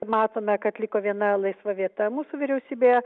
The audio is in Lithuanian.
matome kad liko viena laisva vieta mūsų vyriausybėje